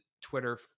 twitter